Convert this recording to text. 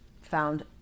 found